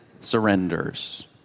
surrenders